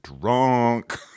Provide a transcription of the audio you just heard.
drunk